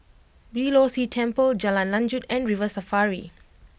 Beeh Low See Temple Jalan Lanjut and River Safari